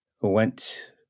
went